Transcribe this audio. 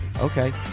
Okay